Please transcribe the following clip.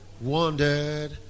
wandered